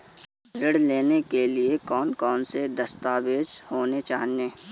ऋण लेने के लिए कौन कौन से दस्तावेज होने चाहिए?